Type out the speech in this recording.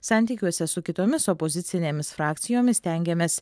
santykiuose su kitomis opozicinėmis frakcijomis stengiamės